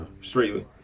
straightly